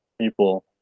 people